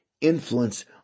influence